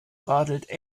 radelte